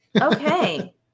Okay